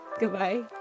goodbye